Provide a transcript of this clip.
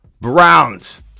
Browns